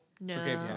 No